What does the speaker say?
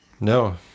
No